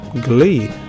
Glee